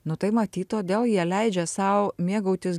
nu tai matyt todėl jie leidžia sau mėgautis